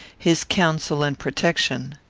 his counsel and protection.